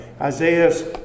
Isaiah's